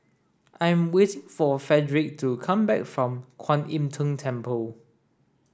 I am waits for Fredric to come back from Kuan Im Tng Temple